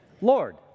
Lord